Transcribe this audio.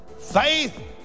faith